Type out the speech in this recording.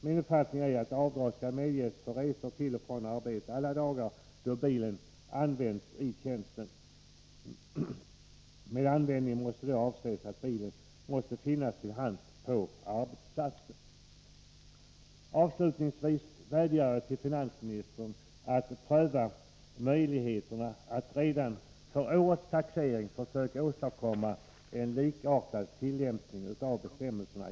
Min uppfattning är att avdrag skall medges för resor till och från arbetet för alla dagar då bilen faktiskt har använts i tjänsten. Med användning skall då också avses att man måste ha bilen till hands på arbetsplatsen. Avslutningsvis vädjar jag till finansministern att han prövar möjligheterna att redan för årets taxering åstadkomma en för hela landet likartad tillämpning av bestämmelserna.